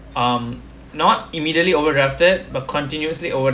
um not immediately overdrafted but continuously over